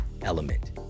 Element